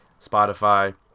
Spotify